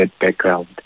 background